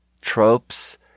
tropes